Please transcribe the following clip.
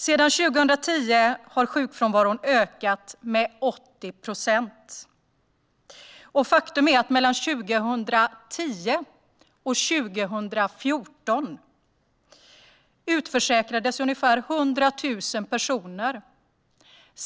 Sedan 2010 har sjukfrånvaron ökat med 80 procent, och faktum är att ungefär 100 000 personer utförsäkrades mellan 2010 och 2014.